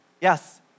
Yes